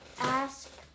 ask